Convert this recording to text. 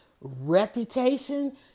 Reputation